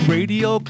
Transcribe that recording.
Radio